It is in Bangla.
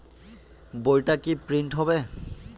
বইটা কি প্রিন্ট হবে?